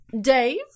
Dave